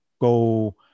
go